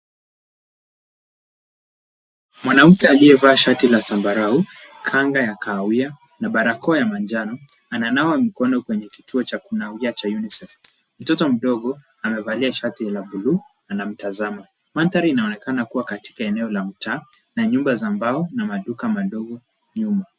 Mwanamke aliyevaa shati ya zambarau, kanga ya kahawia na barakoa ya manjano ananawa mikono kwenye kituo cha kunawia cha Unicef. Mtoto mdogo amevalia shati la bluu anamtazama. Mandhari inonekana kuwa katika eneo la mtaa na nyumba za mbao na maduka madogo nyuma.